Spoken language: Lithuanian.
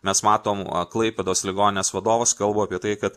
mes matom klaipėdos ligoninės vadovas kalba apie tai kad